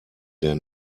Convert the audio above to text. der